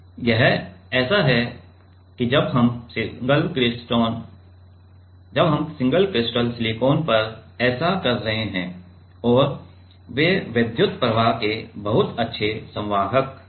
यह ऐसा है जब हम सिंगल क्रिस्टल सिलिकॉन पर ऐसा कर रहे हैं और वे विद्युत प्रवाह के बहुत अच्छे संवाहक हैं